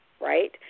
right